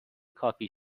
کافی